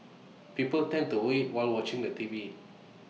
people tend to overeat while watching the T V